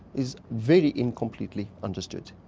is very incompletely understood.